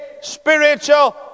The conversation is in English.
spiritual